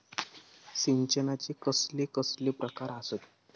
सिंचनाचे कसले कसले प्रकार आसत?